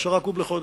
10 קוב לחודש,